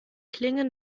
klingen